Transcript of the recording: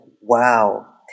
wow